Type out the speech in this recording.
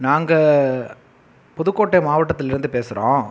நாங்கள் புதுக்கோட்டை மாவட்டத்துலருந்து பேசுகிறோம்